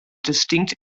distinct